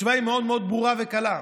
התשובה היא מאוד מאוד ברורה וקלה.